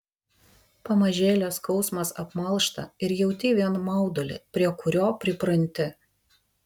pamažėle skausmas apmalšta ir jauti vien maudulį prie kurio pripranti